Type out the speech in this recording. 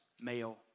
male